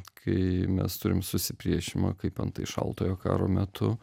kai mes turim susipriešinimą kaip antai šaltojo karo metu